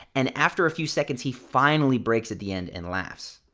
and after a few seconds, he finally breaks at the end and laughs.